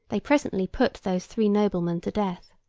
they presently put those three noblemen to death.